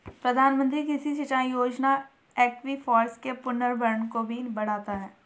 प्रधानमंत्री कृषि सिंचाई योजना एक्वीफर्स के पुनर्भरण को भी बढ़ाता है